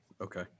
okay